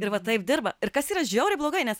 ir va taip dirba ir kas yra žiauriai blogai nes